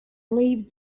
leave